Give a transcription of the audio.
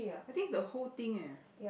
I think it's the whole thing leh